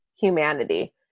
humanity